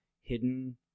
hidden